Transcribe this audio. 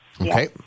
Okay